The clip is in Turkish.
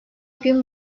gün